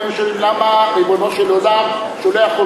היינו שואלים למה ריבונו של עולם שולח כל